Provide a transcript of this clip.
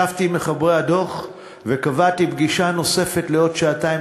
ישבתי עם מחברי הדוח וקבעתי פגישה נוספת לעוד שעתיים